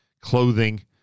clothing